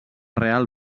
real